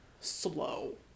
Slow